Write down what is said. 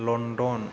London